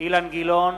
אילן גילאון,